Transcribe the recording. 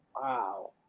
Wow